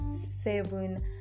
seven